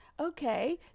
okay